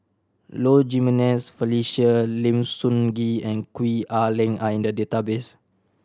Low Jimenez Felicia Lim Sun Gee and Gwee Ah Leng are in the database